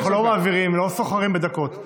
אנחנו לא מעבירים, לא סוחרים בדקות.